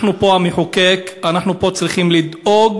אנחנו פה, המחוקק, צריכים לדאוג